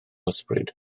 ysbryd